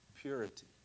purity